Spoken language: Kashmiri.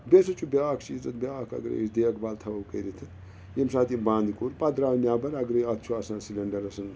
بیٚیہِ ہسا چھُ بیٛاکھ چیٖز اَتھ بیٛاکھ اگر ہے أسۍ دیکھ بھال تھاوو کٔرِتھ ییٚمہِ ساتہٕ یہِ بنٛد کوٚر پتہٕ درٛاو نٮ۪بر اگرے اَتھ چھُ آسان سِلینڈَر آسان